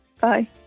Bye